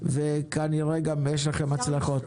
וכנראה שיש לכם גם הצלחות.